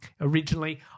originally